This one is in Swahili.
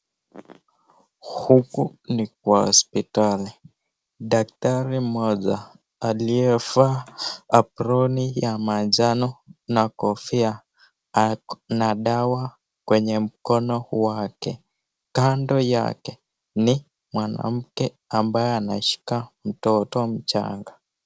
Huku ni kwa hospitali, daktari mmoja aliyevaa aproni ya manjano na kofia alo na dawa kwenye mkono wake. Kando yake ni mwanamke ambaye anashika mtoto mchanga.